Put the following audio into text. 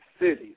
cities